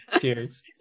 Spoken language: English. cheers